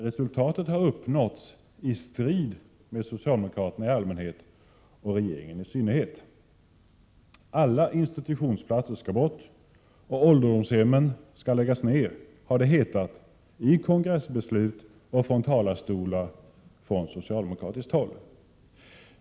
Resultatet har tvärtom uppnåtts i strid med socialdemokraterna i allmänhet och regeringen i synnerhet. Alla institutionsplatser skall bort, och ålderdomshemmen skall läggas ned, har det från socialdemokratiskt håll hetat i kongressbeslut och från talarstolar.